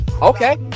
okay